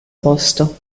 posto